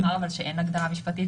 --- שאין הגדרה משפטית.